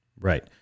right